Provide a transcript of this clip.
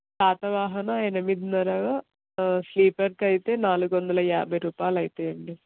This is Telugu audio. శాతవాహన ఎనిమిదిన్నర స్లీపర్కైతే నాలుగు వందల యాభై రూపాయలు అవుతాయి అండి